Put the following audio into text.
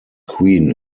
queen